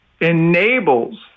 enables